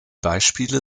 beispiele